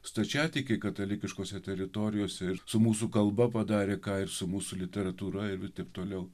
stačiatikiai katalikiškose teritorijose ir su mūsų kalba padarė ką ir su mūsų literatūra ir ir taip toliau